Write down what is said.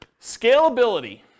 Scalability